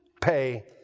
pay